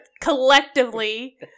collectively